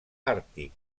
àrtic